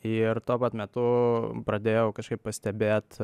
ir tuo pat metu pradėjau kažkaip pastebėt